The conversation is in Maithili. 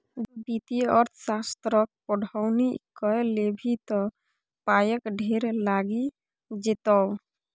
वित्तीय अर्थशास्त्रक पढ़ौनी कए लेभी त पायक ढेर लागि जेतौ